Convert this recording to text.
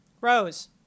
Rose